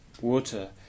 water